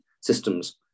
systems